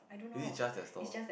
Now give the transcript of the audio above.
is it just that stall